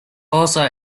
also